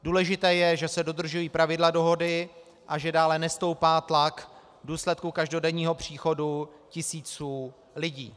Důležité je, že se dodržují pravidla dohody a že dále nestoupá tlak v důsledku každodenního příchodu tisíců lidí.